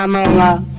um ah la